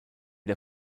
der